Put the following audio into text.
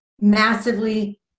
massively